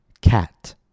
cat